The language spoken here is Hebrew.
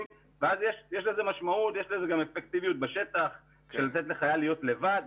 ואז יש לזה משמעות ויש לזה גם אפקטיביות בשטח לתת לחייל להיות לבד.